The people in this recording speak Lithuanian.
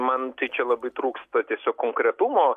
man čia labai trūksta tiesiog konkretumo